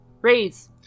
Raise